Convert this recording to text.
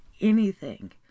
anything